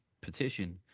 petition